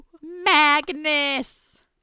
Magnus